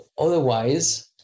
otherwise